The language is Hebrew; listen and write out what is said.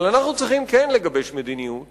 אבל אנחנו צריכים כן לגבש מדיניות